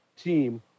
team